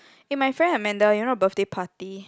eh my friend Amanda you know birthday party